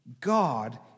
God